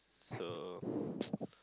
so